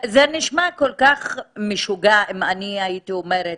זה נשמע כול כך משוגע, אם אני הייתי אומרת: